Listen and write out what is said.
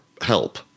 help